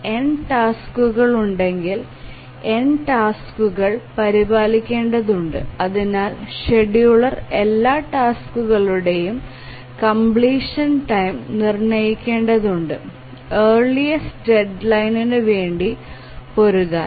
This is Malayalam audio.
N ടാസ്ക്കുകൾ ഉണ്ടെങ്കിൽ ഈ n ടാസ്ക്കുകൾ പരിപാലിക്കേണ്ടതുണ്ട് അതിനാൽ ഷെഡ്യൂളർ എല്ലാ ടാസ്ക്കുകളുടെയും കംപ്ലീഷൻ ടൈം നിർണ്ണയിക്കേണ്ടതുണ്ട് ഏർലിസ്റ് ഡെഡ്ലൈനിനു വേണ്ടി പൊരുതാൻ